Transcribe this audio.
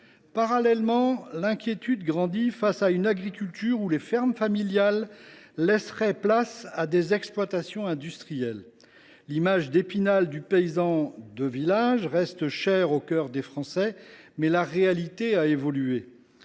Parallèlement, l’inquiétude grandit face à une agriculture où les fermes familiales laisseraient place à des exploitations industrielles. L’image d’Épinal du paysan de village reste chère au cœur des Français, mais la réalité a évolué